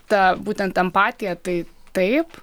ta būtent empatija tai taip